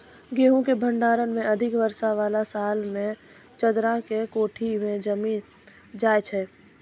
गेहूँ के भंडारण मे अधिक वर्षा वाला साल मे चदरा के कोठी मे जमीन जाय छैय?